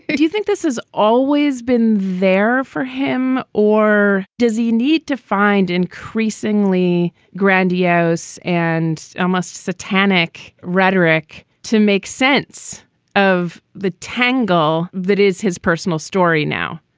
do you think this has always been there for him? or does he need to find increasingly grandiose and almost satanic rhetoric to make sense of the tangle? that is his personal story now.